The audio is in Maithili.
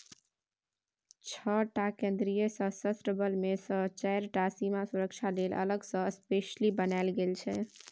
छअ टा केंद्रीय सशस्त्र बल मे सँ चारि टा सीमा सुरक्षा लेल अलग सँ स्पेसली बनाएल गेल छै